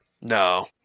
no